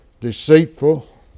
deceitful